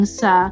sa